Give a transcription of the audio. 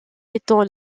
étant